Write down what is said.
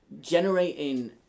generating